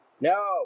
No